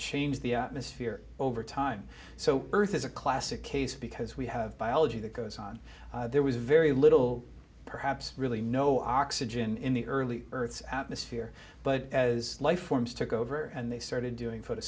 change the atmosphere over time so earth is a classic case because we have biology that goes on there was very little perhaps really no oxygen in the early earth's atmosphere but as life forms took over and they started doing